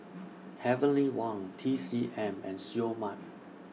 Heavenly Wang T C M and Seoul Mart